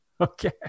Okay